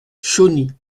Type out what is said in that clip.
chauny